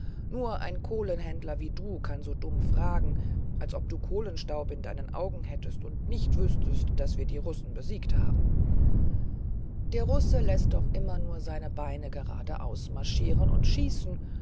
nur ein kohlenhändler wie du kann so dumm fragen als ob du kohlenstaub in deinen augen hättest und nicht wüßtest daß wir die russen besiegt haben der russe läßt doch immer nur seine beine gradaus marschieren und schießen